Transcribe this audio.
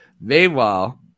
Meanwhile